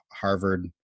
Harvard